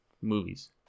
movies